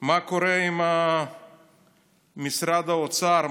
מה קורה עם משרד האוצר,